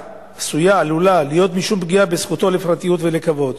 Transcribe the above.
עלול להיות משום פגיעה בזכותו לפרטיות ולכבוד,